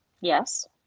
yes